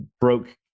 broke